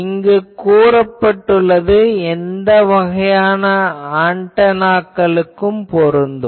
இங்கு கூறப்பட்டுள்ளது எந்த வகையான ஆன்டெனாக்களுக்கும் பொருந்தும்